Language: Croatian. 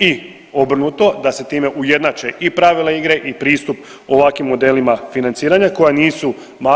i obrnuto da se time ujednače i pravila igre i pristup ovakvim modelima financiranja koja nisu mala.